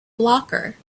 blocker